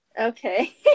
Okay